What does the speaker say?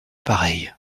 pareils